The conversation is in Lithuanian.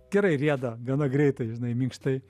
gerai rieda gana greitai žinai minkštai